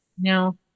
No